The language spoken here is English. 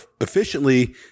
efficiently